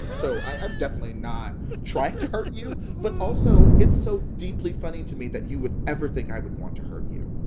so i'm definitely not trying to hurt you but also, it's so deeply funny to me that you would ever think i would want to hurt you.